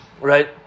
Right